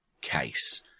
case